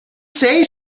say